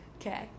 Okay